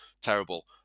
terrible